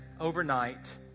overnight